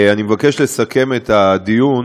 אני מבקש לסכם את הדיון